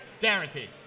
Guaranteed